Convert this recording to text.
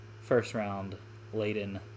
first-round-laden